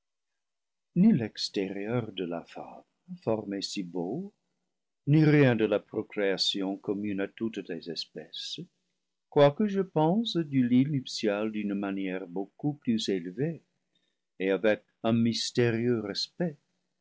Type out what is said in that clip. l'extérieur de la femme formé si beau ni rien de la pro création commune à toutes les espèces quoique je pense du lit nuptial d'une manière beaucoup plus élevée et avec un mystérieux respect